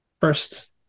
first